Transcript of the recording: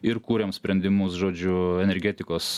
ir kuriam sprendimus žodžiu energetikos